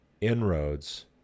inroads